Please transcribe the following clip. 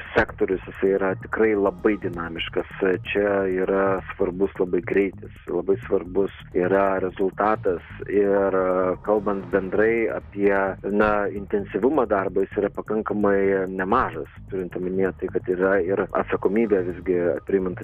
sektorius jisai yra tikrai labai dinamiškas tai čia yra svarbus labai greitis labai svarbus yra rezultatas ir kalbant bendrai apie na intensyvumą darbo yra pakankamai nemažas turint omenyje tai kad yra ir atsakomybė visgi primink